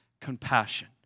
compassion